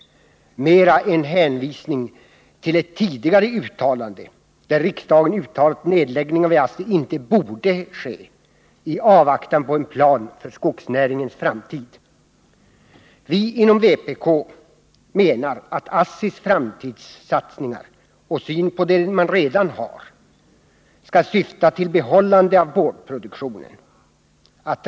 Det är mera en hänvisning till en tidigare skrivning där riksdagen uttalade att nedläggningar vid ASSI inte borde ske i avvaktan på en plan för skogsnäringens framtid. Vi inom vpk menar att ASSI:s framtidssatsningar och syn på det man redan har skall syfta till bibehållande av boardproduktionen.